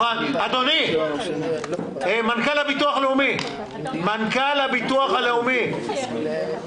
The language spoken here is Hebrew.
מכיוון שיש הסכם אנחנו לא היינו בישיבה מכיוון שיש כל מיני דברים